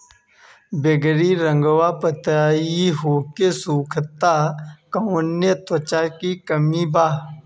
बैगरी रंगवा पतयी होके सुखता कौवने तत्व के कमी बा?